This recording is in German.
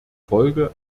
folge